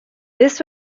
this